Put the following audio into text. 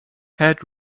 had